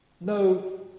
no